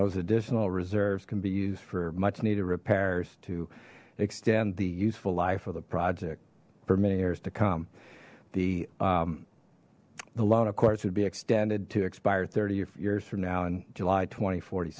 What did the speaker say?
those additional reserves can be used for much needed repairs to extend the useful life of the project for many years to come the the loan of course would be extended to expire thirty years from now in july twenty forty